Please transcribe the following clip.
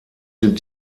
den